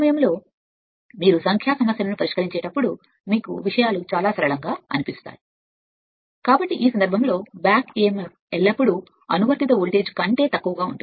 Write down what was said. armature యొక్క నిరోధకత మీకు ఉంటే ఆర్మేచర్ నిరోధకత r a అయితే బ్యాక్ emfఅనువర్తిత వోల్టేజ్ V